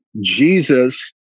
Jesus